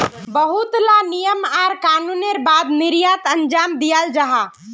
बहुत ला नियम आर कानूनेर बाद निर्यात अंजाम दियाल जाहा